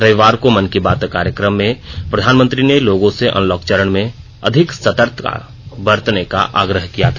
रविवार को मन की बात कार्यक्रम में प्रधानमंत्री ने लोगों से अनलॉक चरण में अधिक सतर्कता बरतने का आग्रह किया था